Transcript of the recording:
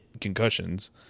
concussions